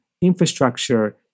infrastructure